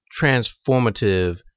transformative